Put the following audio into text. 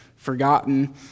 forgotten